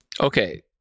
Okay